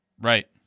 Right